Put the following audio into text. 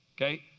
Okay